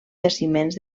jaciments